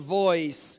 voice